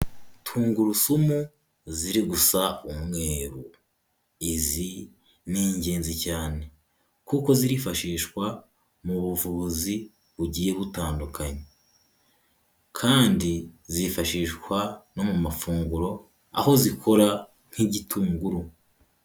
Tungurusumu ziri gusa umweru, izi ni ingenzi cyane kuko zirifashishwa mu buvuzi bugiye butandukanye kandi zifashishwa no mu mafunguro aho zikora nk'igitunguru.